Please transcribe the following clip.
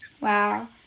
Wow